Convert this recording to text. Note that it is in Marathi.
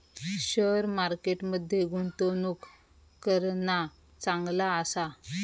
शेअर मार्केट मध्ये गुंतवणूक करणा चांगला आसा